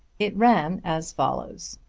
it ran as follows